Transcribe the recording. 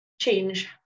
change